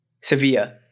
Sevilla